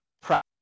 Practice